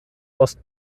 ost